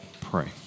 pray